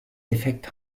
effekt